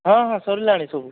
ହଁ ହଁ ସରିଲାଣି ସବୁ